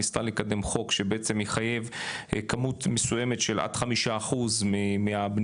ניסתה לקדם חוק שבעצם יחייב כמות מסוימת של עד חמישה אחוז מהבנייה,